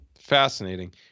fascinating